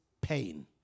pain